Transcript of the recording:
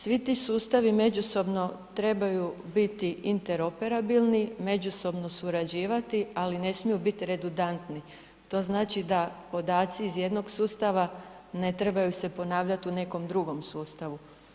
Svi ti sustavi međusobno trebaju biti interoperabilni, međusobno surađivati, ali ne smiju biti redundantni, to znači da podaci iz jednog sustava ne trebaju se ponavljati u nekom drugom sustavu.